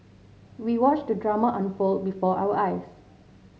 we watched the drama unfold before our eyes